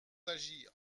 d’agir